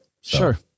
Sure